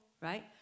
right